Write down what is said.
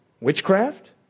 witchcraft